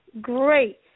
Great